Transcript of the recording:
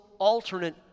alternate